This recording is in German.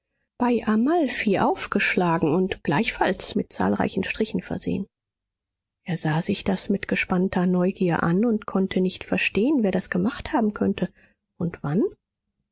bei amalfi aufgeschlagen und gleichfalls mit zahlreichen strichen versehen er sah sich das mit gespannter neugier an und konnte nicht verstehen wer das gemacht haben könnte und wann